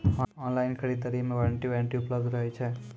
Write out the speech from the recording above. Online खरीद दरी मे गारंटी वारंटी उपलब्ध रहे छै?